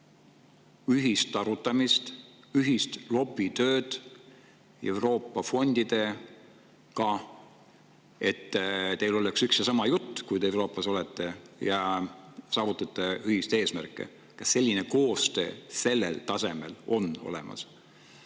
ja teinud ühist lobitööd Euroopa fondide puhul, et teil oleks üks ja sama jutt, kui te Euroopas olete, et saavutada ühiseid eesmärke. Kas selline koostöö sellel tasemel on olemas?